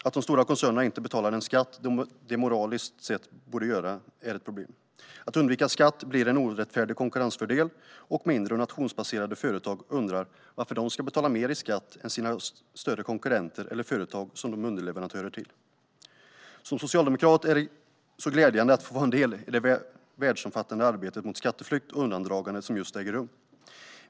Att de stora koncernerna inte betalar den skatt de moraliskt sett borde göra är ett problem. Att undvika skatt blir en orättfärdig konkurrensfördel, och mindre och nationsbaserade företag undrar varför de ska betala mer i skatt än sina större konkurrenter eller företag som de är underleverantörer till. Som socialdemokrat är det glädjande att få vara en del av det världsomfattande arbetet mot skatteflykt och skatteundandragande som just nu äger rum.